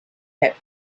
had